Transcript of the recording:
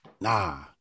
nah